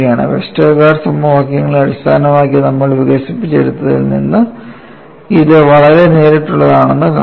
വെസ്റ്റർഗാർഡിന്റെ സമവാക്യങ്ങളെ അടിസ്ഥാനമാക്കി നമ്മൾ വികസിപ്പിച്ചെടുത്തതിൽ നിന്ന് ഇത് വളരെ നേരിട്ടുള്ളതാണെന്ന് കാണുക